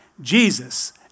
Jesus